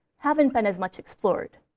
haven't been as much explored.